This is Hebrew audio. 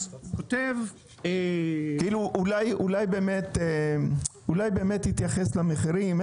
אז כותב --- כאילו אולי באמת תתייחס למחירים.